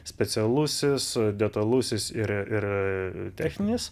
specialusis detalusis ir ir techninis